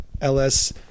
LS